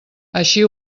així